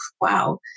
wow